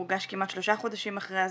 הוגש כמעט שלושה חודשים אחרי הזמן,